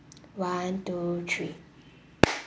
one two three